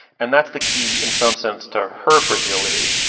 and that's the key in some sense to her fragility.